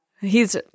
he's-